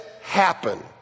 happen